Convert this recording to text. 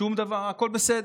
שום דבר, הכול בסדר.